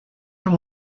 from